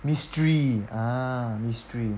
mystery ah mystery